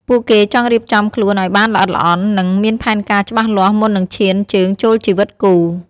ពួកគេចង់រៀបចំខ្លួនឱ្យបានល្អិតល្អន់ និងមានផែនការច្បាស់លាស់មុននឹងឈានជើងចូលជីវិតគូ។